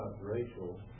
Rachel